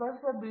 professor B